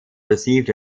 received